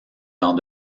dans